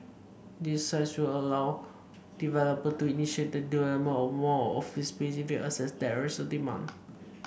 these sites will allow developer to initiate the development of more office space if they assess that there is demand